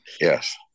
Yes